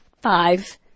five